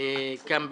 כאן בכנסת.